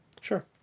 Sure